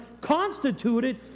constituted